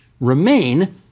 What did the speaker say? remain